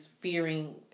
fearing